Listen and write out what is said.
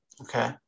okay